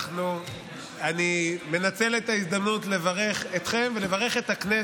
אני מנצל את ההזדמנות לברך אתכם ולברך את הכנסת,